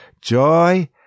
joy